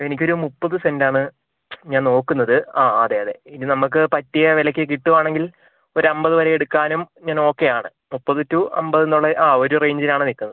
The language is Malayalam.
എനിക്ക് ഒരു മുപ്പത് സെൻറ്റ് ആണ് ഞാൻ നോക്കുന്നത് ആ അതെ അതെ ഇനി നമ്മൾക്ക് പറ്റിയ വിലയ്ക്ക് കിട്ടുകയാണെങ്കിൽ ഒരു അമ്പത് വരെ എടുക്കാനും ഞാൻ ഓക്കെ ആണ് മുപ്പത് ടു അമ്പതെന്ന് ഉള്ള ആ ഒരു റേഞ്ചിൽ ആണ് നിൽക്കുന്നത്